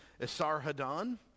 Esarhaddon